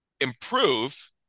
improve